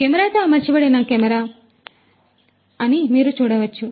ఇది కెమెరాతో అమర్చబడిన కెమెరా ఇది కెమెరా అని మీరు చూడవచ్చు